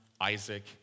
Isaac